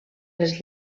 les